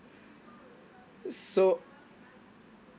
so